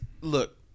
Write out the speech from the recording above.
look